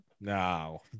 No